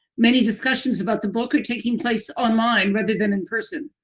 many discussions about the book taking place online rather than in person.